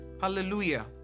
Hallelujah